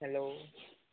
hello